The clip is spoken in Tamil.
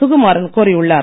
சுகுமாரன் கோரியுள்ளார்